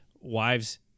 Wives